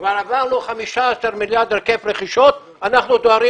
כבר עברנו 15 מיליארד היקף רכישות ואנחנו דוהרים